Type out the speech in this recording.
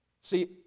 See